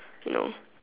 you know